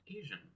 Asian